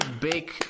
big